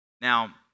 Now